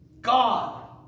God